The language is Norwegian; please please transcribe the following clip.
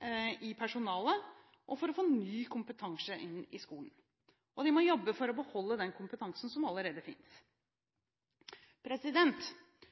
av personale for å få ny kompetanse inn i skolen. Og de må jobbe for å beholde den kompetansen som allerede